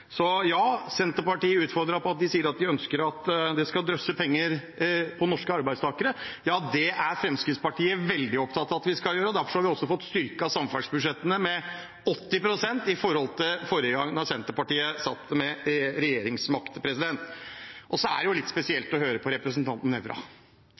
Senterpartiet utfordret oss på at vi sier at vi ønsker at det skal drysse penger på norske arbeidstakere. Ja, det er Fremskrittspartiet veldig opptatt av at det skal gjøre, og derfor har vi også fått styrket samferdselsbudsjettene med 80 pst. i forhold til forrige gang Senterpartiet satt med regjeringsmakt. Så er det litt